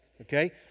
okay